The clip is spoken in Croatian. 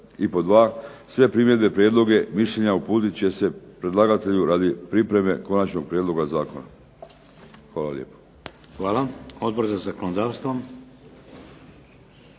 I pod 2. Sve primjedbe, prijedloge i mišljenja uputit će se predlagatelju radi pripreme Konačnog prijedloga zakona. Hvala lijepo. **Šeks, Vladimir